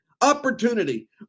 opportunity